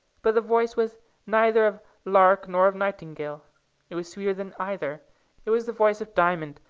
but the voice was neither of lark nor of nightingale it was sweeter than either it was the voice of diamond,